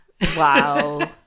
Wow